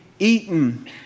Eaten